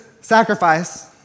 sacrifice